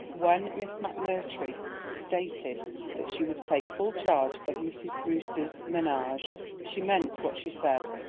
when miss mcmurtry stated that she would take full charge of mrs. brewster's menage she meant what she said,